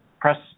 press